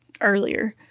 earlier